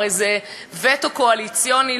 הרי זה וטו קואליציוני,